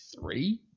three